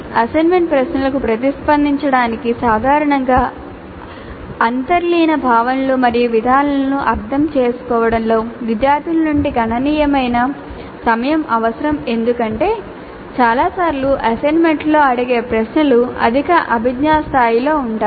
assignment ప్రశ్నలకు ప్రతిస్పందించడానికి సాధారణంగా అంతర్లీన భావనలు మరియు విధానాలను అర్థం చేసుకోవడంలో విద్యార్థుల నుండి గణనీయమైన సమయం అవసరం ఎందుకంటే చాలా సార్లు అసైన్మెంట్లలో అడిగే ప్రశ్నలు అధిక అభిజ్ఞా స్థాయిలలో ఉంటాయి